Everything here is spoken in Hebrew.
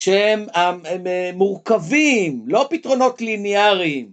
שהם מורכבים, לא פתרונות ליניאריים.